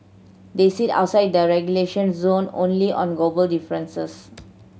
they sit outside the relegation zone only on goal difference